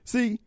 See